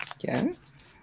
Yes